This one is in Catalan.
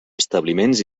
establiments